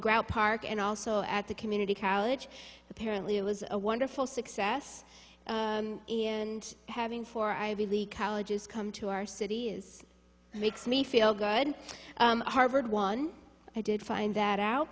grant park and also at the community college apparently it was a wonderful success and having four ivy league colleges come to our city is makes me feel good harvard one i did find that out